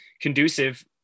conducive